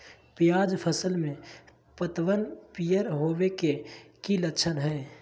प्याज फसल में पतबन पियर होवे के की लक्षण हय?